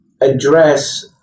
address